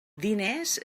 diners